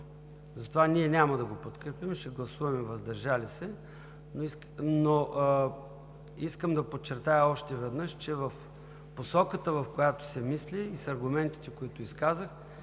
Затова ние няма да го подкрепим, а ще гласуваме „въздържал се“. Искам да подчертая още веднъж, че в посоката, в която се мисли, и с аргументите, които изказах,